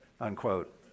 unquote